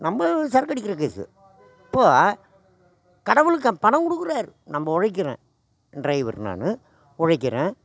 நம்ப சரக்கு அடிக்கிற கேசு அப்போது கடவுளுக்காக பணம் கொடுக்கறாரு நம்ப உழைக்கிறோம் ட்ரைவர் நான் உழைக்கிறேன்